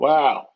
Wow